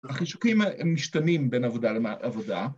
‫החישוקים משתנים בין עבודה לעבודה.